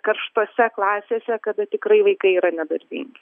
karštose klasėse kada tikrai vaikai yra nedarbingi